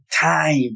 Time